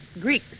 Greek